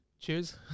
Cheers